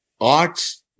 arts